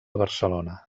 barcelona